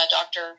doctor